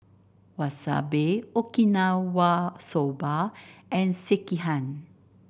Wasabi Okinawa Soba and Sekihan